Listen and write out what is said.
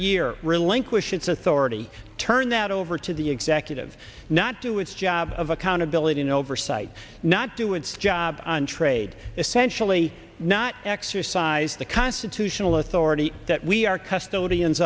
year relinquish its authority turn that over to the executive not do its job of accountability and oversight not do its job on trade essentially not exercise the constitutional authority that we are custod